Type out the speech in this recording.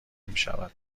میشود